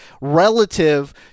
relative